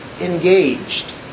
Engaged